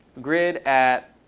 grid at